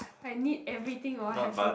I need everything or I'll have to